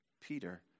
Peter